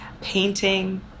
painting